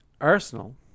Arsenal